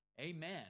Amen